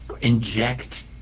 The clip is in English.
inject